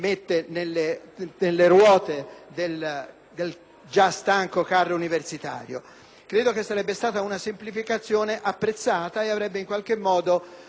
già stanco carro universitario. Ritengo che sarebbe stata una semplificazione apprezzata e avrebbe cercato di eliminare gli abusi.